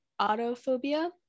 Autophobia